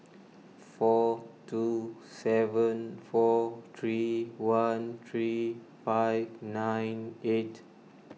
four two seven four three one three five nine eight